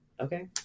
okay